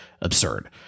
absurd